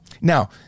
Now